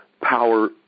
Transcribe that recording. power